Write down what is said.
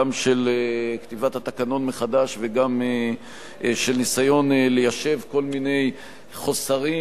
גם של כתיבת התקנון מחדש וגם של ניסיון ליישב כל מיני חוסרים